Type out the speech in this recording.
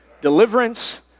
deliverance